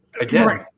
Again